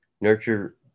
nurture